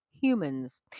Humans